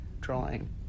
drawing